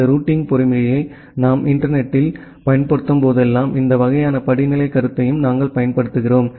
இந்த ரூட்டிங் பொறிமுறையை நாம் இன்டர்நெட் த்தில் பயன்படுத்தும்போதெல்லாம் இந்த வகையான படிநிலை கருத்தையும் நாங்கள் பயன்படுத்துகிறோம்